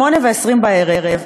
20:20,